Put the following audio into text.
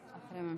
אחרי הממשלה.